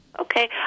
Okay